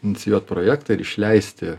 inicijuot projektą ir išleisti